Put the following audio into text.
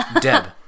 Deb